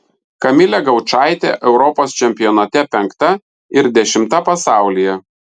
kamilė gaučaitė europos čempionate penkta ir dešimta pasaulyje